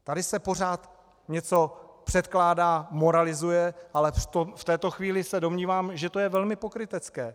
Tady se pořád něco předkládá, moralizuje, ale v této chvíli se domnívám, že to je velmi pokrytecké.